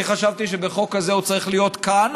אני חשבתי שבחוק כזה הוא צריך להיות כאן